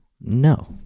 no